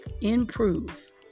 improve